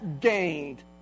gained